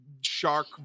shark